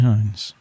Hines